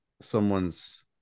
someone's